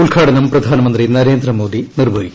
ഉദ്ഘാടനം പ്രധാനമന്ത്രി നരേന്ദ്രമോദി നിർവ്വഹിക്കും